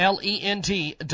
L-E-N-T